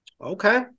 Okay